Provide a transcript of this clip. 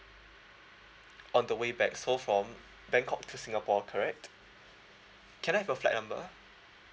on the way back so from bangkok to singapore correct can I have a flight number